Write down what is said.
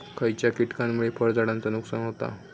खयच्या किटकांमुळे फळझाडांचा नुकसान होता?